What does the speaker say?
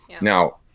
Now